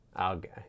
Okay